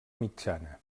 mitjana